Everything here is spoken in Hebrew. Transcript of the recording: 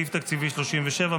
סעיף תקציבי 37,